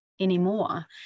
anymore